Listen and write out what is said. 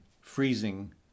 freezing